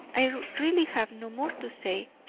i really have no more to say,